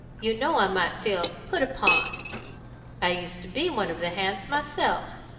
you know i might feel put upon i used to be one of the hands myself.